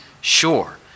sure